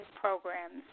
programs